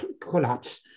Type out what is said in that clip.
Collapse